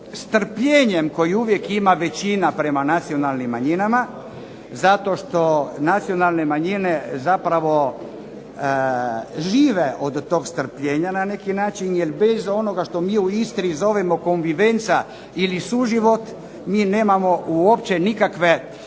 strpljenjem koje uvijek ima većina prema nacionalnim manjinama, zato što nacionalne manjine zapravo žive od tog strpljenja na neki način. Jer bez onoga što mi u Istri zovemo con vivenza ili suživot, mi nemamo uopće nikakve